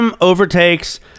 overtakes